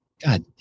God